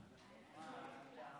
ראיתם